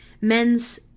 Men's